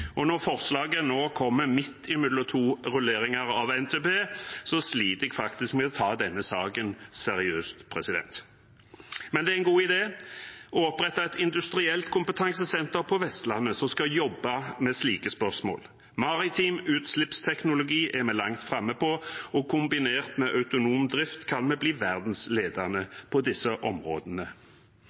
Og når forslaget nå kommer midt mellom to rulleringer av NTP, sliter jeg faktisk med å ta denne saken seriøst. Men det er en god idé å opprette et industrielt kompetansesenter på Vestlandet som skal jobbe med slike spørsmål. Maritim utslippsteknologi er vi langt framme på, og kombinert med autonom drift kan vi bli verdensledende på disse områdene.